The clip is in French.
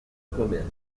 commerce